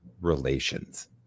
relations